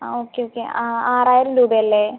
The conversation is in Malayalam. ആ ഓക്കെ ഓക്കെ ആ ആറായിരം രൂപയല്ലേ